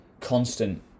constant